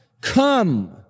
come